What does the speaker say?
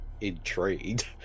intrigued